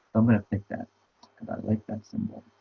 i'm gonna pick that cuz i like that symbol.